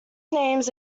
names